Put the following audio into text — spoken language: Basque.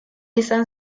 izan